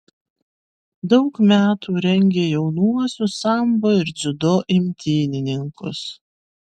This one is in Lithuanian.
daug metų rengė jaunuosius sambo ir dziudo imtynininkus